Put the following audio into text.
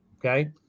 Okay